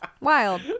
Wild